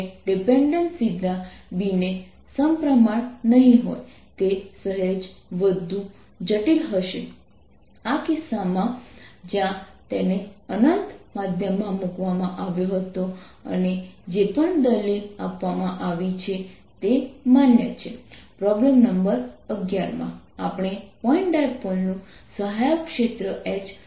Kb Mn Mzz 0 તેથી અને volume charge ઘનતા jb M દ્વારા આપવામાં આવ્યું છે કારણ કે આપણી પાસે યુનિફોર્મ મેગ્નેટાઇઝેશન છે